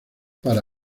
para